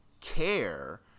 care